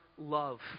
Love